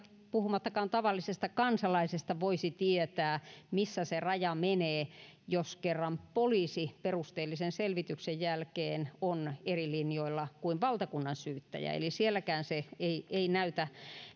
puhumattakaan tavallisesta kansalaisesta voisi tietää missä se raja menee jos kerran poliisi perusteellisen selvityksen jälkeen on eri linjoilla kuin valtakunnansyyttäjä eli viranomaisten kohdallakaan se ei ei näytä